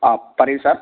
ആ പറയൂ സാർ